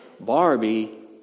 Barbie